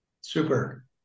Super